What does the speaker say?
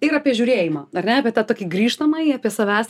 ir apie žiūrėjimą ar ne apie tą tokį grįžtamąjį apie savęs